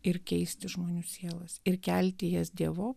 ir keisti žmonių sielas ir kelti jas dievu